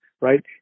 right